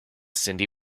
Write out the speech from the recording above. cyndi